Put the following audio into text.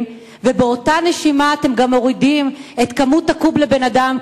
ובאותה נשימה אתם גם מורידים את כמות הקוב לאדם?